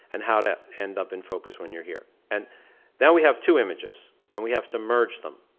and how to end up in focus when you're here. and now we have two images, and we have to merge them,